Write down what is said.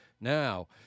Now